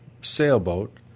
sailboat